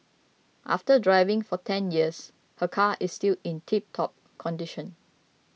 after driving for ten years her car is still in tiptop condition